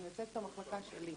אני מייצגת את המחלקה שלי.